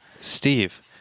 Steve